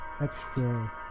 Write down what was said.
extra